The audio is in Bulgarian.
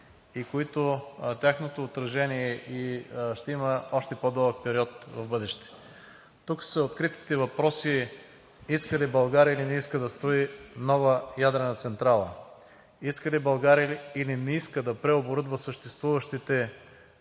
и тяхното отражение ще има още по-дълъг период в бъдеще. Тук са откритите въпроси: иска ли България, или не иска да строи нова ядрена централа? Иска ли България, или не иска да преоборудва съществуващите